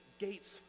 gates